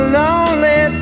lonely